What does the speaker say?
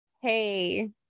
hey